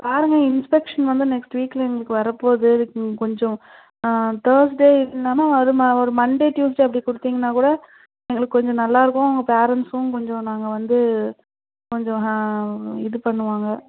பாருங்கள் இன்ஸ்பெக்க்ஷன் வந்து நெக்ஸ்ட் வீக்கில் எங்களுக்கு வரப்போகுது அதுக்கு கொஞ்சம் ஆ தேர்ஸ்டே இல்லாமல் ஒரு ஒரு மண்டே ட்யூஸ்டே அப்படி கொடுத்தீங்கன்னா கூட எங்களுக்கு கொஞ்சம் நல்லா இருக்கும் அவங்க பேரெண்ட்ஸும் கொஞ்சம் நாங்கள் வந்து கொஞ்சம் இது பண்ணுவாங்க